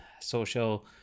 social